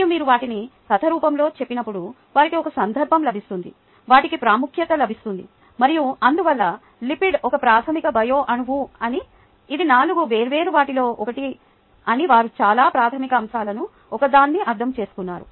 మరియు మీరు వాటిని కథ రూపంలో చెప్పినప్పుడు వారికి ఒక సందర్భం లభిస్తుంది వాటికి ప్రాముఖ్యత లభిస్తుంది మరియు అందువల్ల లిపిడ్ ఒక ప్రాథమిక బయో అణువు అని ఇది నాలుగు వేర్వేరు వాటిలో ఒకటి అని వారు చాలా ప్రాథమిక అంశాలలో ఒకదాన్ని అర్థం చేసుకున్నారు